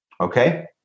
Okay